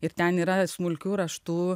ir ten yra smulkiu raštu